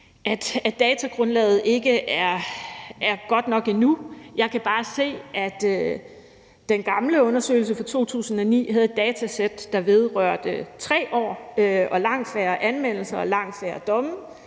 at datagrundlaget ikke er godt nok endnu. Jeg kan bare se, at den gamle undersøgelse fra 2009 havde datasæt, der vedrørte 3 år og langt færre anmeldelser og langt færre domme.